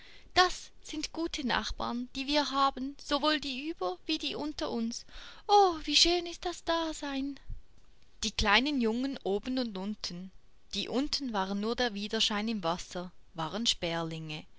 das sind gute nachbarn die wir haben sowohl die über wie die unter uns o wie schön ist das dasein die kleinen jungen oben und unten die unten waren nur der wiederschein im wasser waren sperlinge